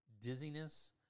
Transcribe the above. dizziness